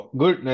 good